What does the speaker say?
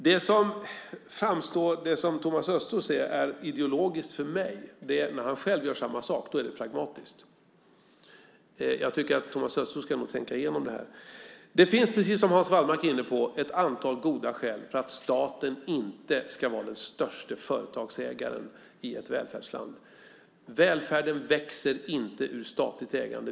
Det som enligt Thomas Östros är ideologiskt för mig är när han själv gör samma sak pragmatiskt. Jag tycker nog att Thomas Östros ska tänka igenom detta. Det finns, precis som Hans Wallmark var inne på, ett antal goda skäl för att staten inte ska vara den största företagsägaren i ett välfärdsland. Välfärden växer inte ur statligt ägande.